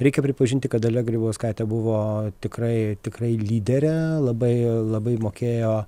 reikia pripažinti kad dalia grybauskaitė buvo tikrai tikrai lyderė labai labai mokėjo